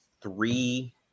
three